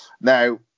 Now